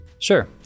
Sure